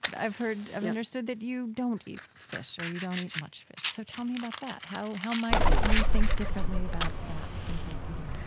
but i've heard i've understood that you don't eat fish, or you don't eat much fish, so tell me about that. how how might we think differently about that, simple eating